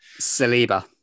Saliba